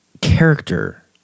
character